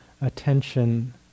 attention